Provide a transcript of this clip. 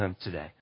today